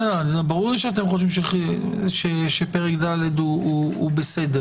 ברור לי שאתם חושבים שזה שפרק ד' הוא בסדר.